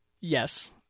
Yes